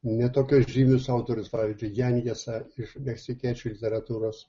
ne tokius žymius autorius pavyzdžiui janjesą iš meksikiečių literatūros